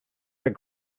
red